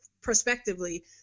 prospectively